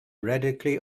radically